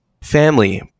family